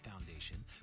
Foundation